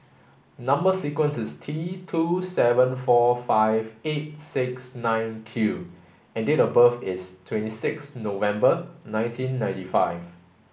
number sequence is T two seven four five eight six nine Q and date of birth is twenty six November nineteen ninety five